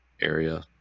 area